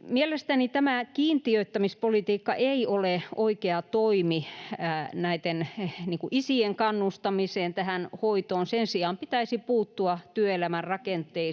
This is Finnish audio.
Mielestäni kiintiöittämispolitiikka ei ole oikea toimi isien kannustamiseen hoitoon. Sen sijaan pitäisi puuttua työelämän rakenteisiin